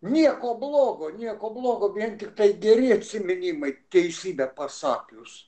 nieko blogo nieko blogo vien tiktai geri atsiminimai teisybę pasakius